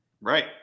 Right